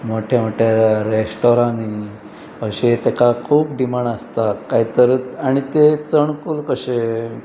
मोट्या मोट्या रेस्टोरांनी अशें तेका खूब डिमांड आसता काय तर आनी तें चणकूल कशें